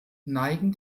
neigen